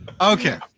okay